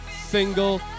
single